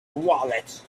wallet